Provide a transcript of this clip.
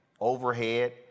overhead